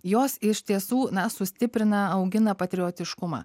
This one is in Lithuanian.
jos iš tiesų na sustiprina augina patriotiškumą